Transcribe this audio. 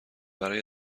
برای